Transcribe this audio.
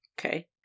Okay